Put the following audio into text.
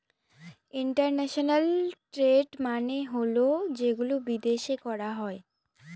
international trade মানে হল যেগুলো বিদেশে করা হয়